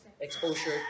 exposure